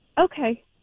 Okay